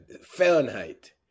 Fahrenheit